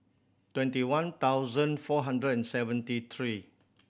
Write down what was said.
twenty one thousand four hundred and seventy three